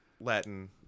Latin